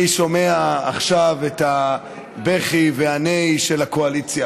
אני שומע עכשיו את הבכי והנהי של הקואליציה